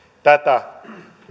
tätä